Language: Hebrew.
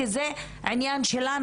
כי זה עניין שלנו.